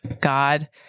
God